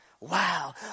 Wow